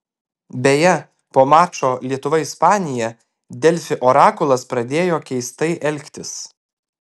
beje po mačo lietuva ispanija delfi orakulas pradėjo keistai elgtis